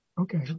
Okay